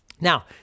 Now